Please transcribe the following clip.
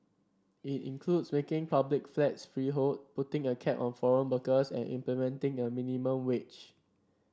it includes making public flats freehold putting a cap on foreign workers and implementing a minimum wage